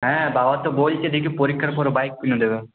হ্যাঁ বাবা তো বলছে দেখি পরীক্ষার পরে বাইক কিনে দেবে